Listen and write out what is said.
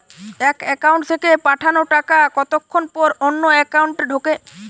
এক একাউন্ট থেকে পাঠানো টাকা কতক্ষন পর অন্য একাউন্টে ঢোকে?